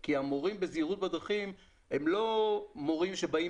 כי המורים בזהירות בדרכים הם לא מורים שבאים